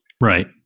Right